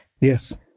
Yes